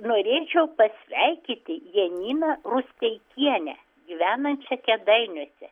norėčiau pasveikinti janiną rusteikienę gyvenančią kėdainiuose